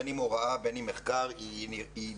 בין אם הוראה ובין אם מחקר היא דרקונית.